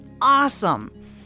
awesome